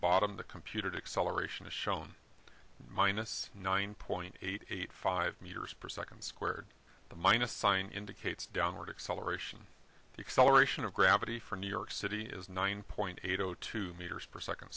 bottom of the computer to acceleration is shown minus nine point eight eight five meters per second squared the minus sign indicates downward acceleration acceleration of gravity from new york city is nine point eight zero two meters per second